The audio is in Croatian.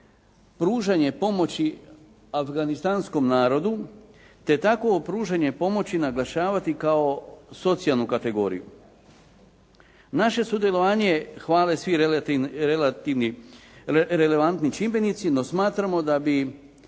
pružanje pomoći afganistanskom narodu te takvo pružanje pomoći naglašavati kao socijalnu kategoriju. Naše sudjelovanje hvale svi relevantni čimbenici no smatramo da